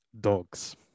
Dogs